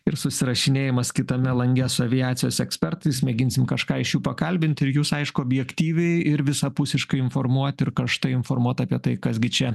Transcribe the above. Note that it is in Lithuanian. ir susirašinėjimas kitame lange su aviacijos ekspertais mėginsim kažką iš jų pakalbint ir jus aišku objektyviai ir visapusiškai informuot ir karštai informuot apie tai kas gi čia